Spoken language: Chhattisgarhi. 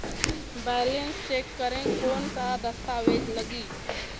बैलेंस चेक करें कोन सा दस्तावेज लगी?